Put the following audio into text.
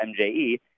MJE